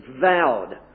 vowed